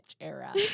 era